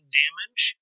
damage